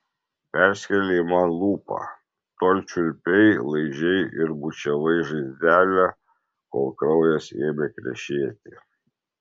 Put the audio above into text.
perskėlei man lūpą tol čiulpei laižei ir bučiavai žaizdelę kol kraujas ėmė krešėti